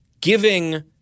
giving